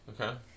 Okay